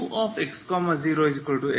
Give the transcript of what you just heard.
ux0fx